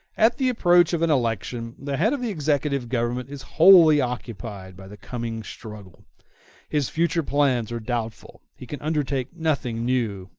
at the approach of an election the head of the executive government is wholly occupied by the coming struggle his future plans are doubtful he can undertake nothing new,